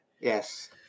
Yes